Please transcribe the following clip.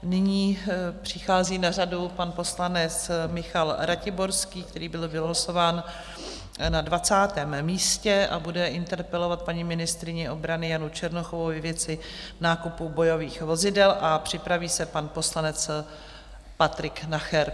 Nyní přichází na řadu pan poslanec Michal Ratiborský, který byl vylosován na 20. místě a bude interpelovat paní ministryni obrany Janu Černochovou ve věci nákupu bojových vozidel, a připraví se pan poslanec Patrik Nacher.